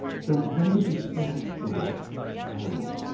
so when did we start to watch animals?